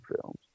films